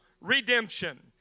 redemption